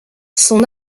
son